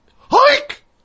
Hike